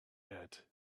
yet